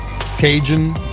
Cajun